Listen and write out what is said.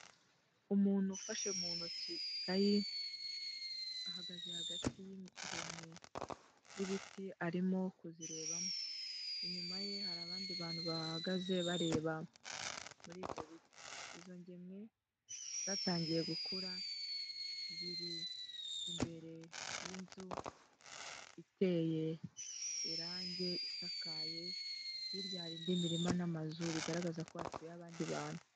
Umuntu ufashe mu ntoki ikayi, ahagaze hagati y'ingemwe z'ibiti arimo kuzirebamo, inyuma ye hari abandi bantu bahahagaze bareba muri ibyo biti, izo ngemwe zatangiye gukura ziri imbere y'inzu iteye irangi isakaye, hirya hari indi mirima n'amazu bigaragaza ko hatuye abandi bantu.